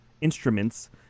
instruments